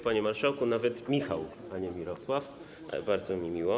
Panie marszałku, Michał, a nie Mirosław, bardzo mi miło.